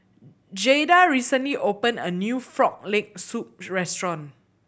Jaeda recently opened a new Frog Leg Soup restaurant